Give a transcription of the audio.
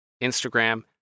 Instagram